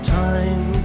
time